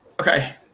Okay